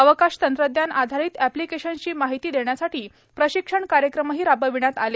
अवकाश तंत्रज्ञान आधारित एप्लिकेशन्सची माहिती देण्यासाठी प्रशिक्षण कार्यक्रमही राबविण्यात आले